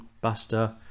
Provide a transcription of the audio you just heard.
Buster